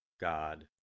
God